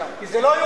כי זה לא,